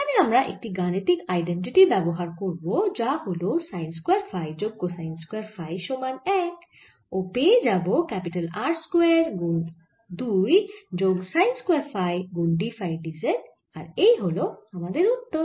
এখানে আমরা একটি গাণিতিক আইডেন্টিটি ব্যবহার করব যা হল সাইন স্কয়ার ফাই যোগ কোসাইন স্কয়ার ফাই সমান 1 ও পেয়ে যাবো R স্কয়ার গুন 2 যোগ সাইন স্কয়ার ফাই গুন d ফাই d z আর এই হল আমাদের উত্তর